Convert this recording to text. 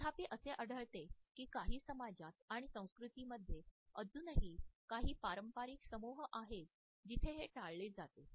तथापि असे आढळते की काही समाजात आणि संस्कृतींमध्ये अजूनही काही पारंपारिक समूह आहेत जिथे हे टाळले जाते